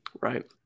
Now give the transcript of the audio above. Right